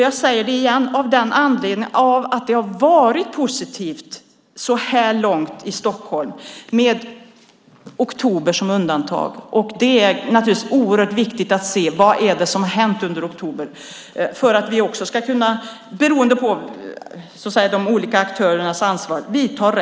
Jag säger det igen av den anledningen att det har varit positivt så här långt i Stockholm, med oktober som undantag. Det är naturligtvis oerhört viktigt att se vad som har hänt under oktober för att vi ska kunna vidta rätt åtgärder beroende på de olika aktörernas ansvar.